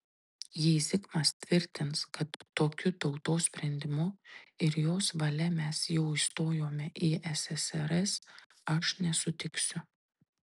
jei zigmas tvirtins kad tokiu tautos sprendimu ir jos valia mes jau įstojome į ssrs aš nesutiksiu